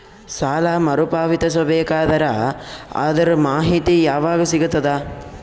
ಸಾಲ ಮರು ಪಾವತಿಸಬೇಕಾದರ ಅದರ್ ಮಾಹಿತಿ ಯವಾಗ ಸಿಗತದ?